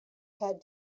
head